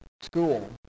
school